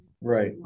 Right